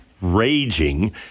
raging